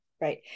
Right